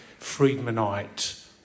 Friedmanite